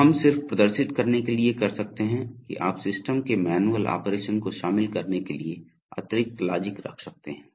तो हम सिर्फ प्रदर्शित करने के लिए कर सकते हैं कि आप सिस्टम के मैनुअल ऑपरेशन को शामिल करने के लिए अतिरिक्त लॉजिक रख सकते हैं